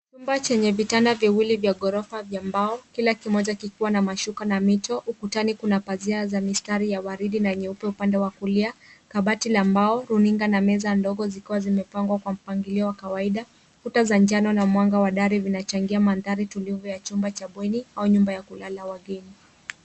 Chumba chenye vitanda viwili vya ghorofa vya mbao, kila kimoja kikiwa na mashuka na mito. Ukutani kuna pazia za mistari ya waridi na nyeupe upande wa kulia, kabati la mbao, runinga na meza ndogo zikiwa zimepangwa kwa mpangilio wa kawaida. Kuta za njano na mwanga wa dari vinachangia mandhari tulivu ya chumba cha bweni au nyumba ya kulala ya wageni.